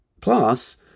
Plus